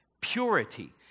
purity